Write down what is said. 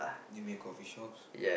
you mean a coffeeshop